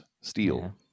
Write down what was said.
steel